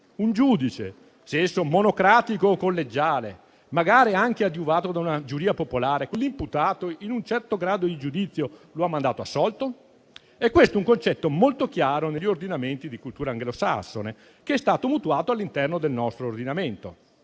un giudice, sia esso monocratico o collegiale, magari anche adiuvato da una giuria popolare, quell'imputato in un certo grado di giudizio lo ha mandato assolto? Questo è un concetto molto chiaro negli ordinamenti di cultura anglosassone, che è stato mutuato all'interno del nostro ordinamento.